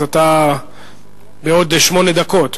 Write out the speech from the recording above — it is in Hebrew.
אז אתה בעוד שמונה דקות,